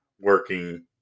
Working